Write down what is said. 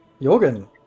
Jorgen